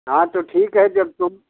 हाँ तो ठीक है जब तुम